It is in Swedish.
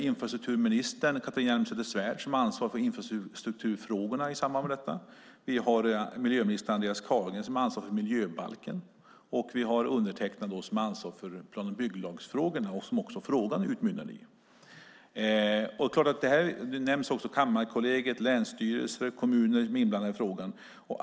Infrastrukturminister Catharina Elmsäter Svärd är ansvarig för infrastrukturfrågorna i samband med detta, miljöminister Andreas Carlgren är ansvarig för miljöbalken och jag är ansvarig för plan och bygglagsfrågorna, som interpellationen utmynnade i. Här nämns också Kammarkollegiet, länsstyrelser och kommuner som är inblandade i frågan.